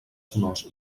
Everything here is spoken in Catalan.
sonors